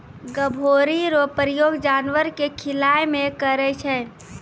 गभोरी रो प्रयोग जानवर के खिलाय मे करै छै